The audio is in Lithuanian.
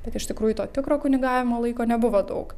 bet iš tikrųjų to tikro kunigavimo laiko nebuvo daug